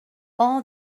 all